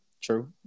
true